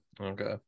Okay